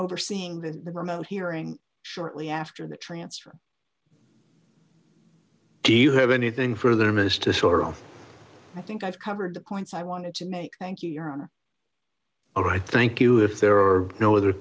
overseeing the remote hearing shortly after the transfer do you have anything further miss to sort of i think i've covered the points i wanted to make thank you your honor all right thank you if there are no other